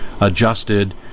adjusted